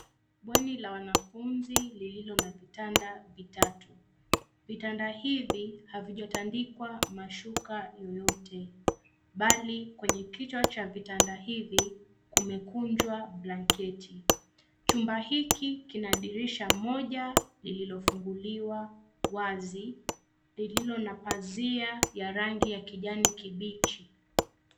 Bweni la wanafunzi lililo na vitanda vitatu. Vitanda hivi havijatandikwa mashuka yoyote bali kwenye kichwa cha vitanda hivi, kumekunjwa blanketi. Chumba hiki kina dirisha moja lililo funguliwa wazi ,lililo na pazia ya kijani kibichi.